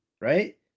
right